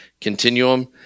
Continuum